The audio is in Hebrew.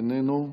איננו,